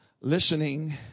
listening